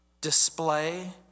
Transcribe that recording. Display